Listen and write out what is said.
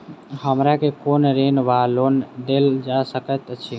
हमरा केँ कुन ऋण वा लोन देल जा सकैत अछि?